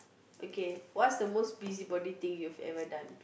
okay what's the most busybody thing you've ever done